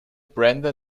brenda